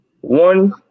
One